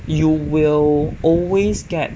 you will always get